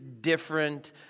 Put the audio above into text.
different